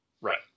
Right